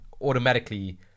automatically